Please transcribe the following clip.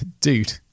Dude